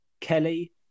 Kelly